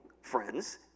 friends